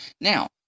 Now